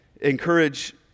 Encourage